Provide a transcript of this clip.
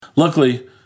Luckily